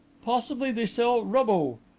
possibly they sell rubbo.